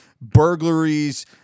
burglaries